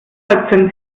zensieren